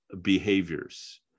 behaviors